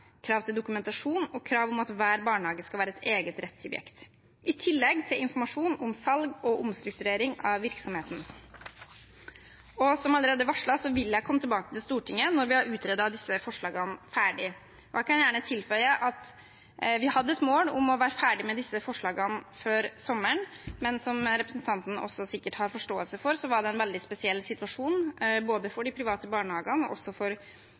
krav til dokumentasjon og krav om at hver barnehage skal være et eget rettssubjekt, i tillegg til informasjon om salg og omstrukturering av virksomheten. Som allerede varslet vil jeg komme tilbake til Stortinget når vi har utredet disse forslagene ferdig. Jeg kan gjerne tilføye at vi hadde et mål om å være ferdig med disse forslagene før sommeren, men som representanten sikkert også har forståelse for, var det en veldig spesiell situasjon både for de private barnehagene og også for